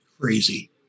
Crazy